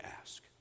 ask